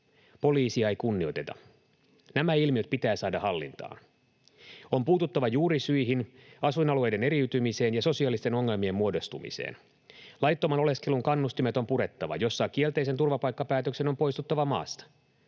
Poliisia ei kunnioiteta. Nämä ilmiöt pitää saada hallintaan. On puututtava juurisyihin: asuinalueiden eriytymiseen ja sosiaalisten ongelmien muodostumiseen. Laittoman oleskelun kannustimet on purettava. Jos saa kielteisen turvapaikkapäätöksen, on poistuttava maasta.